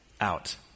out